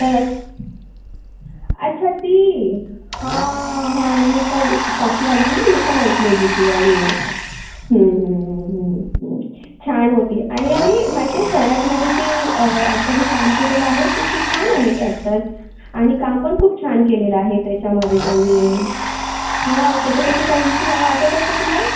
खरंच अच्छा ती हं हं मी पण हॉकीवाली ना मी पण ऐकलेली ती वाली छान होती आणि अरे माहिती आहे सैराटमध्ये जे अॅक्टरनी काम केलेलं आहे ते खूप छान आहे ते अॅक्टर्स आणि काम पण खूप छान केलेलं आहे त्याच्यामध्ये त्यांनी हं त्याच्यापैकी काहींची नावं आठवतात का तुला